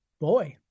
boy